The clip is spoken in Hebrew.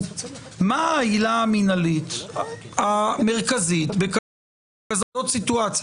מה העילה המינהלית המרכזית בכזאת סיטואציה?